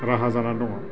राहा जानानै दङ